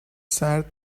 سرد